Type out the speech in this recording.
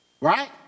Right